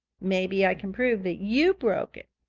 maybe i can prove that you broke it.